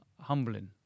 humbling